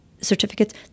certificates